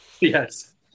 Yes